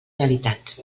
realitat